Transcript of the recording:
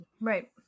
Right